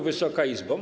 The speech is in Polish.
Wysoka Izbo!